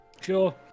Sure